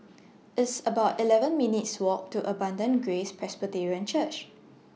It's about eleven minutes' Walk to Abundant Grace Presbyterian Church